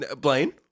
Blaine